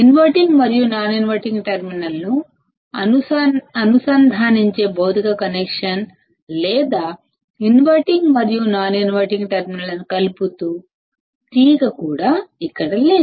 inverting మరియు non inverting టెర్మినల్ను అనుసంధానించే భౌతిక సంబంధం లేదా ఇన్వర్టింగ్ మరియు నాన్ ఇన్వర్టింగ్ టెర్మినళ్లను కలుపుతూ వైర్ కూడా ఇక్కడ లేదు